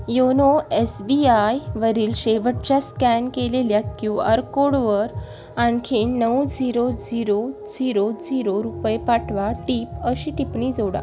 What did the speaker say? YONO S B आयवरील शेवटच्या scan केलेल्या क्यू आर कोडवर आणखी नऊ झिरो झिरो झिरो झिरो रुपये पाठवा टीप अशी टिपणी जोडा